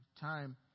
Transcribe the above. time